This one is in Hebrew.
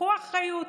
קחו אחריות.